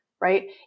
Right